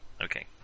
Okay